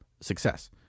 success